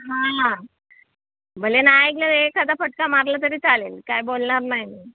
हां भले ना ऐकलं एखादा फटका मारला तरी चालेल काय बोलणार नाही मी